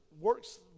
works